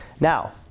Now